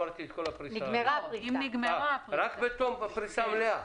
כלומר רק בתום הפריסה המלאה.